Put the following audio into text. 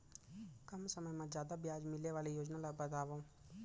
कम समय मा जादा ब्याज मिले वाले योजना ला बतावव